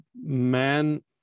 men